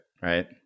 right